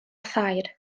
thair